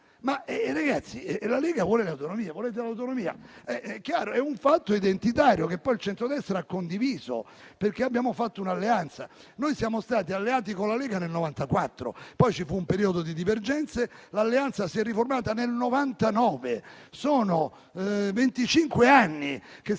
chiaro che la Lega vuole l'autonomia, è un fatto identitario che poi il centrodestra ha condiviso, perché abbiamo fatto un'alleanza. Siamo stati alleati con la Lega nel 1994, poi ci fu un periodo di divergenze e l'alleanza si è riformata nel 1999; sono venticinque